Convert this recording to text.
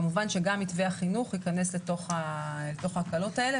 כמובן שגם מתווה החינוך ייכנס לתוך ההקלות האלה,